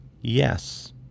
Yes